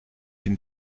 dem